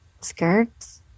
skirts